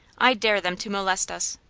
i dare them to molest us!